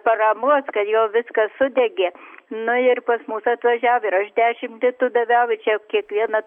paramos kad jo viskas sudegė nu ir pas mus atvažiav ir aš dešim litų daviau i čia kiekvieną